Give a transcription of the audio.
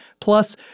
Plus